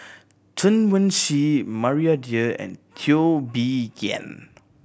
Chen Wen Hsi Maria Dyer and Teo Bee Yen